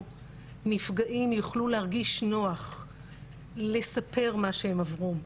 נפגעים יוכלו להרגיש נוח לספר מה שהם עברו,